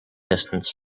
distance